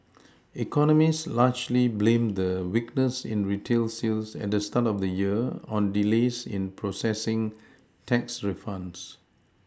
economists largely blame the weakness in retail sales at the start of the year on delays in processing tax refunds